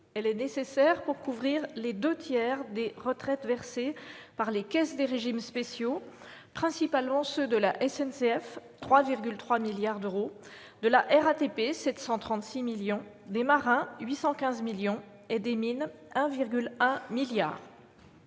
Elle est nécessaire pour couvrir les deux tiers des retraites versées par les caisses des régimes spéciaux, principalement ceux de la SNCF, pour 3,3 milliards d'euros, de la RATP, pour 736 millions d'euros, des marins, pour 815 millions d'euros, et des mines, pour 1,1 milliard